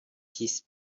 his